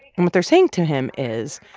and what they're saying to him is,